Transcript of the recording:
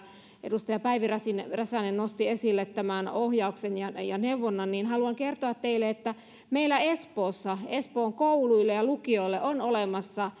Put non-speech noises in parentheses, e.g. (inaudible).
edustaja päivi räsänen räsänen nosti esille ohjauksen ja neuvonnan niin haluan kertoa teille että meillä espoossa espoon kouluille ja lukioille on olemassa (unintelligible)